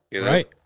Right